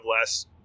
less